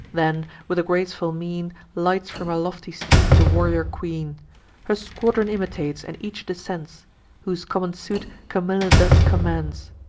then, with a graceful mien, lights from her lofty steed the warrior queen her squadron imitates, and each descends whose common suit camilla thus commends